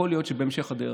יכול להיות שבהמשך הדרך.